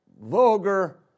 vulgar